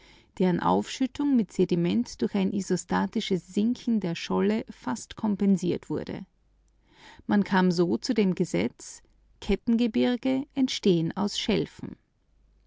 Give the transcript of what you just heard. deren aufschüttung mit sediment durch ein isostatisches sinken der scholle fast kompensiert wurde man kam so zu dem gesetz kettengebirge entstehen aus